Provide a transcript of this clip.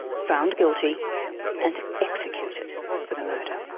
found guilty and executed for the murder.